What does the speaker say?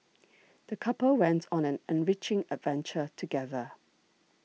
the couple went on an enriching adventure together